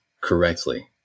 correctly